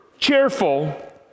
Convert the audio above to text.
cheerful